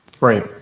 Right